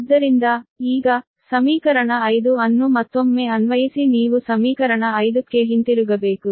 ಆದ್ದರಿಂದ ಈಗ ಸಮೀಕರಣ 5 ಅನ್ನು ಮತ್ತೊಮ್ಮೆ ಅನ್ವಯಿಸಿ ನೀವು ಸಮೀಕರಣ 5 ಕ್ಕೆ ಹಿಂತಿರುಗಬೇಕು